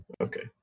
Okay